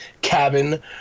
cabin